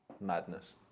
Madness